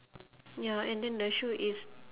ya and then the shoe is